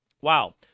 Wow